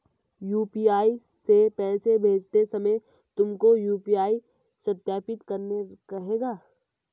UPI से पैसे भेजते समय तुमको यू.पी.आई सत्यापित करने कहेगा